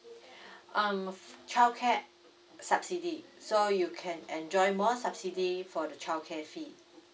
um childcare subsidy so you can enjoy more subsidy for the childcare fee